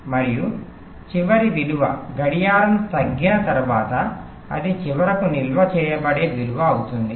మరియు చివరి విలువ గడియారం తగ్గిన తరువాత అది చివరకు నిల్వ చేయబడే విలువ అవుతుంది